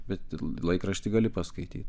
bet laikraštį gali paskaityt